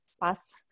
pass